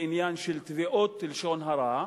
בעניין של תביעות לשון הרע,